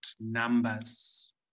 numbers